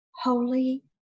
holy